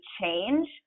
change